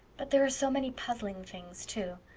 but there are so many puzzling things, too.